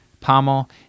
pommel